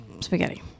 spaghetti